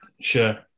sure